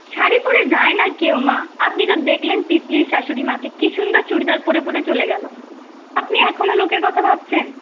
শাড়ি পরে যায় না কেউ মা আপনি তো দেখলেন তিতলির শাশুড়ি মাকে কি সুন্দর চুড়িদার পরে পরে চলে গেল আপনি এখনো লোকের কথা ভাবছেন